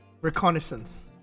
Reconnaissance